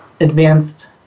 advanced